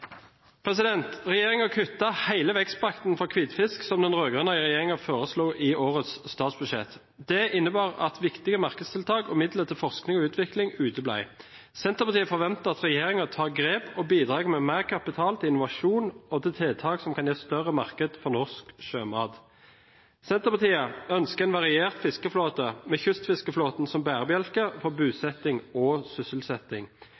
for hvitfisk som den rød-grønne regjeringen foreslo i årets statsbudsjett. Det innebar at viktige markedstiltak og midler til forskning og utvikling uteble. Senterpartiet forventer at regjeringen tar grep og bidrar med mer kapital til innovasjon og til tiltak som kan gi større markeder for norsk sjømat. Senterpartiet ønsker en variert fiskeflåte med kystfiskeflåten som bærebjelke for bosetting og sysselsetting.